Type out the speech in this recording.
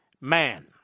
man